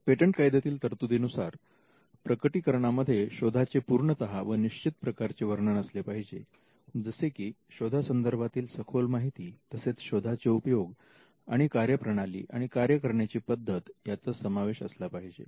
patent कायद्यातील तरतुदीनुसार प्रकटीकरणामध्ये शोधाचे पूर्णतः व निश्चित प्रकारचे वर्णन असले पाहिजे जसे की शोधा संदर्भातील सखोल माहिती तसेच शोधा चे उपयोग आणि कार्यप्रणाली आणि कार्य करण्याची पद्धत याचा समावेश असला पाहिजे